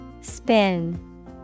Spin